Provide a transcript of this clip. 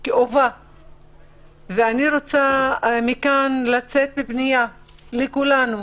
אני כאובה ואני רוצה לצאת מכאן בפנייה לכולנו,